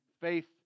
faith